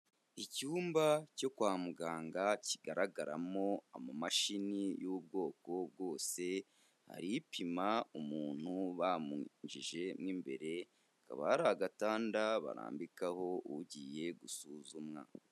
Icyumba cyo kwa muganga kigaragaramo amamashini y'ubwoko bwose, hari ipima umuntu bamwinjije mo imbere, hakaba hari agatanda barambikaho ugiye gusuzumwa.